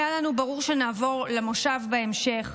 היה לנו ברור שנעבור למושב בהמשך,